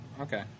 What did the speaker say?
Okay